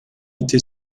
été